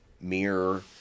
mirror